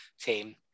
team